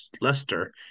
Leicester